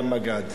גם מג"ד.